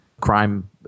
crime